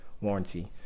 warranty